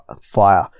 fire